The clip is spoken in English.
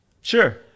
Sure